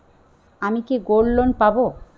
আমি কি gold loan পাবো?